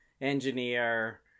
engineer